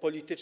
politycznej.